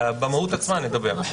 אלא במהות עצמה נדבר.